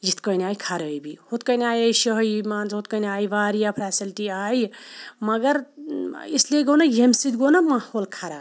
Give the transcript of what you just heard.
یِتھ کٔنۍ آیہ خَرٲبی ہُتھ کٔنۍ آیے شٲہی مان ژٕ ہُتھ کٔنۍ آیہِ واریاہ فیسَلٹی آیہِ مَگَر اِسلیے گوٚو نہَ یمہِ سۭتۍ گوٚو نہَ ماحول خَراب